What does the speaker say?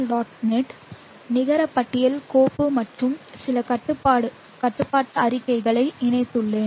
net நிகர பட்டியல் கோப்பு மற்றும் சில கட்டுப்பாட்டு அறிக்கைகள் இணைத்துள்ளேன்